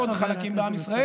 יש עוד חלקים בעם ישראל,